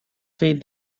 feed